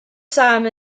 sam